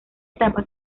etapa